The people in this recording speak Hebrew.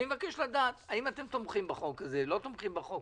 אני מבקש לדעת האם אתם תומכים בחוק הזה או לא תומכים בו.